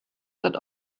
that